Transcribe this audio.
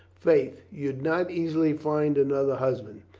faith, you'd not easily find another husband.